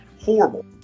Horrible